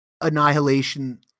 Annihilation